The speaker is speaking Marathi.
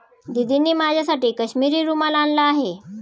दीदींनी माझ्यासाठी काश्मिरी रुमाल आणला आहे